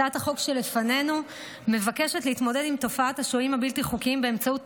הצעת החוק שלפנינו מבקשת להתמודד עם תופעת השוהים הבלתי חוקיים באמצעות